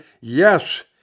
Yes